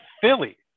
Philly